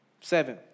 Seven